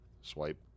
swipe